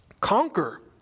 conquer